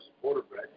quarterback